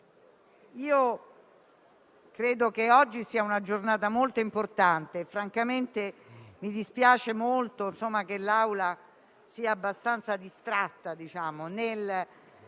credo che oggi sia una giornata molto importante e francamente mi dispiace che l'Assemblea sia abbastanza distratta nel